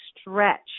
stretch